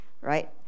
right